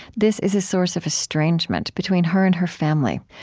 this is a source of estrangement between her and her family.